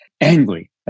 angry